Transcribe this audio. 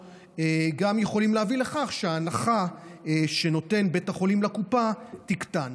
יכולים להביא לכך שההנחה שנותן בית החולים לקופה תקטן.